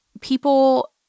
people